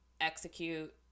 execute